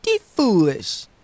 foolish